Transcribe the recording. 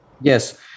Yes